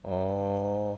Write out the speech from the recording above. orh